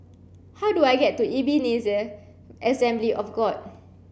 how do I get to Ebenezer Assembly of God